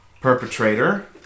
perpetrator